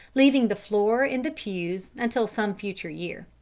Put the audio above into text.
leaving the floor in the pews until some future year.